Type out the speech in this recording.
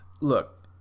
Look